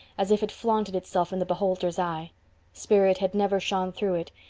as if it flaunted itself in the beholder's eye spirit had never shone through it,